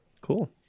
Cool